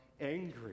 angry